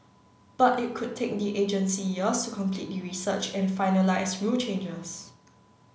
but it could take the agency years to complete the research and finalise rule changes